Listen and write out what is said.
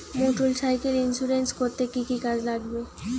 Motorcycle insurance করতে কি কি কাগজ লাগবে?